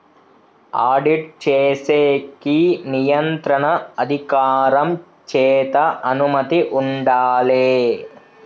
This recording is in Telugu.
ఆడిట్ చేసేకి నియంత్రణ అధికారం చేత అనుమతి ఉండాలే